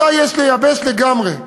ואותה יש לייבש לגמרי,